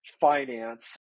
finance